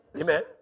Amen